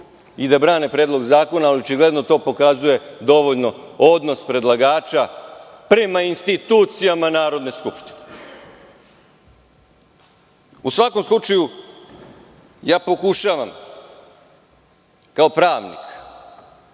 i da brane predlog zakona, ali očigledno to dovoljno pokazuje odnos predlagača prema institucijama Narodne skupštine.U svakom slučaju, pokušavam kao pravnik